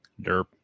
Derp